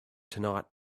tonight